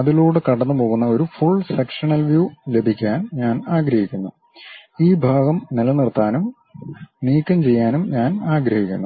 അതിലൂടെ കടന്നുപോകുന്ന ഒരു ഫുൾ സെക്ഷനൽ വ്യൂ ലഭിക്കാൻ ഞാൻ ആഗ്രഹിക്കുന്നു ഈ ഭാഗം നിലനിർത്താനും നീക്കംചെയ്യാനും ഞാൻ ആഗ്രഹിക്കുന്നു